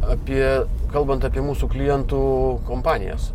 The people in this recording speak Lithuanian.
apie kalbant apie mūsų klientų kompanijas